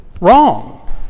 Wrong